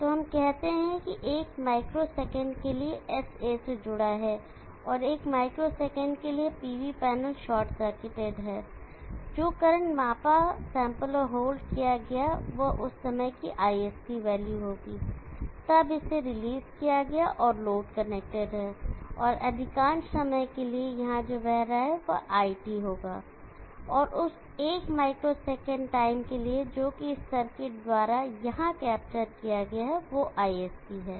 तो हम कहते हैं कि एक माइक्रो सेकेंड के लिए S A से जुड़ा है और एक माइक्रो सेकंड के लिए PV पैनल शॉर्ट सर्किटेड है और जो करंट मापा सैंपल और होल्ड किया गया है वह उस समय की ISC वैल्यू होगा तब इसे रिलीज किया गया है और लोड कनेक्टेड है और अधिकांश समय के लिए यहां जो बह रहा है वह iT होगा और उस एक माइक्रो सेकंड टाइम के लिए जोकि इस सर्किट द्वारा यहां कैप्चर किया गया है वह ISC है